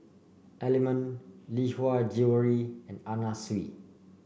Element Lee Hwa Jewellery and Anna Sui